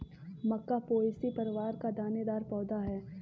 मक्का Poaceae परिवार का दानेदार पौधा है